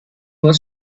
was